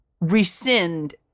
rescind